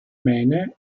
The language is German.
meine